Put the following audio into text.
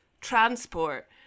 transport